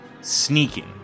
sneaking